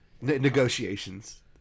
Negotiations